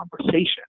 conversation